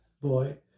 boy